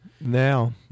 Now